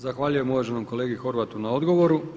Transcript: Zahvaljujem uvaženom kolegi Horvatu na odgovoru.